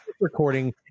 recording